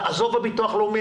חוץ מהקצבה של הביטוח לאומי,